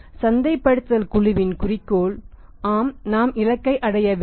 சந்தைப்படுத்தல் குழுவின் குறிக்கோள் ஆம் நாம் இலக்கை அடைய வேண்டும்